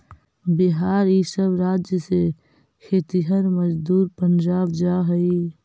बिहार इ सब राज्य से खेतिहर मजदूर पंजाब जा हई